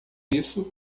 isso